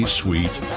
sweet